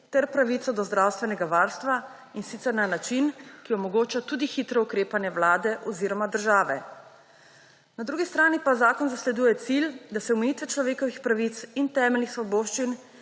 ter pravico do zdravstvenega varstva, in sicer na način, ki omogoča tudi hitro ukrepanje Vlade oziroma države. Na drugi strani pa zakon zasleduje cilj, da se omejitve človekovih pravic in temeljih svoboščin,